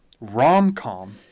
rom-com